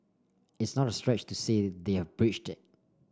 it's not a stretch to say they've breached it